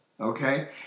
Okay